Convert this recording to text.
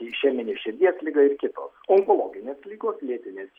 išeminė širdies liga ir kitos onkologinės ligos lėtinės